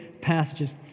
passages